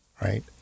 right